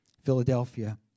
Philadelphia